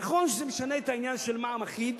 נכון שזה משנה את העניין של מע"מ אחיד,